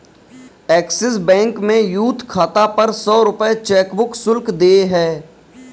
axis bank में youth खाता पर सौ रूपये चेकबुक शुल्क देय है